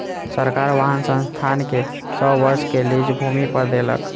सरकार वाहन संस्थान के सौ वर्ष के लीज भूमि पर देलक